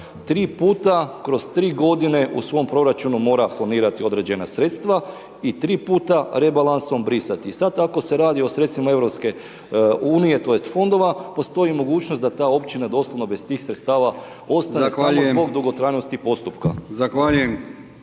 tri puta kroz tri godine u svom proračunu mora planirati određena sredstva i tri puta rebalansom brisati i sad ako se radi o sredstvima EU tj. fondova postoji mogućnost da ta općina doslovno bez tih sredstva ostane…/Upadica: Zahvaljujem/…samo zbog dugotrajnosti postupka.